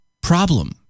problem